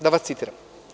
Da vas citiram.